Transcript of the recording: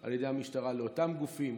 על ידי המשטרה של אותם גופים,